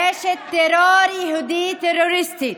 רשת טרור יהודי כהניסטית.